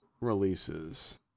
releases